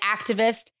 activist